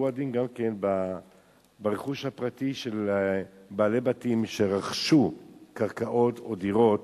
הוא הדין גם ברכוש הפרטי של בעלי בתים שרכשו קרקעות או דירות,